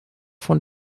von